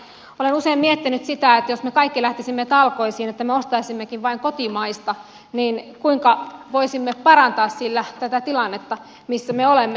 olen usein miettinyt sitä että jos me kaikki lähtisimme talkoisiin että ostaisimmekin vain kotimaista niin kuinka voisimme parantaa sillä tätä tilannetta missä me olemme